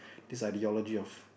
this idealogy of